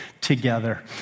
together